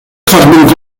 assignment